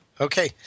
Okay